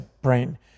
brain